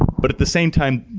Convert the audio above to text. but at the same time,